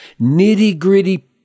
nitty-gritty